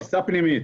טיסה פנימית.